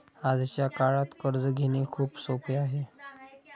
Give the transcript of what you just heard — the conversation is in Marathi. आजच्या काळात कर्ज घेणे खूप सोपे आहे